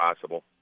possible